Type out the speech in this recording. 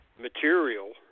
material